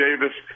Davis